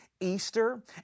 Easter